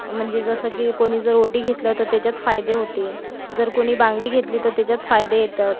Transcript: म्हणजे जसं की कोणी जर ओटी घेतलं तर त्याच्यात फायदे होते जर कोणी बांगडी घेतली तर त्याच्यात फायदे येतात